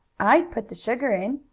i'd put the sugar in,